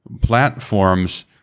platforms